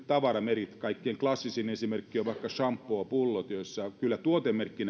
tavaramerkeissä kaikkein klassisin esimerkki on vaikka shampoopullot joissa kyllä tuotemerkki